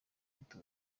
ufite